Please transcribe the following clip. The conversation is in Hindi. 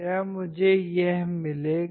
क्या मुझे यह मिलेगा